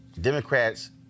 Democrats